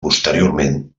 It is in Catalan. posteriorment